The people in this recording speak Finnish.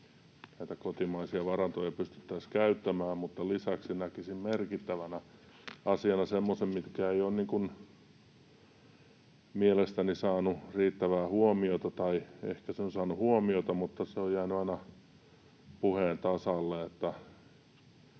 näitä kotimaisia varantoja pystyttäisiin käyttämään. Mutta lisäksi näkisin merkittävänä asiana semmoisen, mikä ei ole mielestäni saanut riittävää huomiota, tai ehkä se on saanut